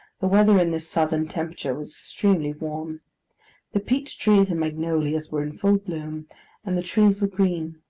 the weather in this southern temperature was extremely warm the peech-trees and magnolias were in full bloom and the trees were green.